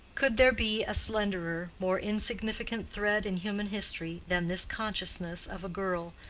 could there be a slenderer, more insignificant thread in human history than this consciousness of a girl,